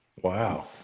Wow